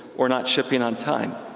or not shipping on time.